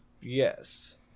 Yes